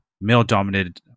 male-dominated